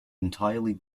entirely